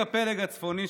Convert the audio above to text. למה פראיירים?